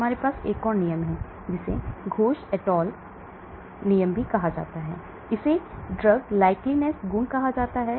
हमारे पास एक और नियम है जिसे Ghose et al कहा जाता है इसे drug likeness गुण कहा जाता है